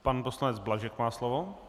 Pan poslanec Blažek má slovo.